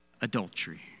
adultery